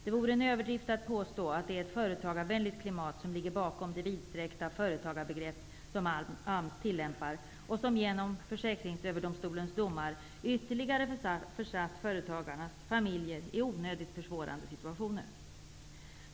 Det vore en överdrift att påstå att det är ett företagarvänligt klimat som ligger bakom de vidsträckta företagarbegrepp som Försäkringsöverdomstolens domar ytterligare har försatt företagarnas familjer i onödigt försvårande situationer.